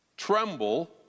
Tremble